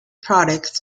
products